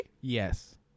Yes